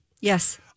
Yes